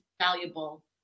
valuable